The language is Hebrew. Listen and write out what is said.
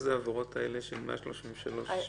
הן העבירות ב-133 וב-79א?